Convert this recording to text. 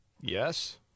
Yes